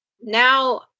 Now